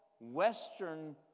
Western